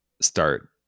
start